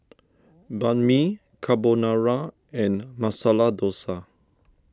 Banh Mi Carbonara and Masala Dosa